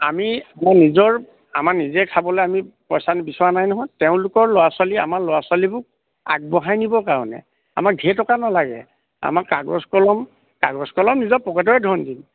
আমি আমাৰ নিজৰ আমাৰ নিজে খাবলৈ আমি পইচা বিচৰা নাই নহয় তেওঁলোকৰ ল'ৰা ছোৱালী আমাৰ ল'ৰা ছোৱালীবোৰ আগবঢ়াই নিবৰ কাৰণে আমাৰ ধেৰ টকা নালাগে আমাৰ কাগজ কলম কাগজ কলম নিজৰ পকেটৰে ধণ দিম